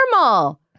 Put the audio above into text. normal